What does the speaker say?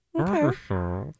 Okay